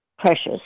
Precious